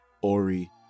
Ori